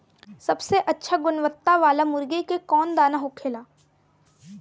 सबसे अच्छा गुणवत्ता वाला मुर्गी के कौन दाना होखेला?